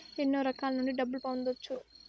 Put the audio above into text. ఎన్నో రకాల నుండి డబ్బులు పొందొచ్చు